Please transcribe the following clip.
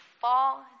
fall